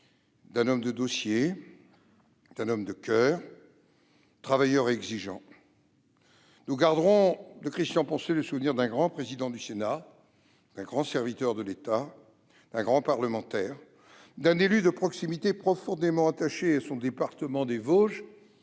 d'un homme de dossiers, d'un homme de coeur, travailleur et exigeant. Nous garderons de Christian Poncelet le souvenir d'un grand président du Sénat, d'un grand serviteur de l'État, d'un grand parlementaire, d'un élu de proximité profondément attaché à son département des Vosges